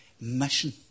mission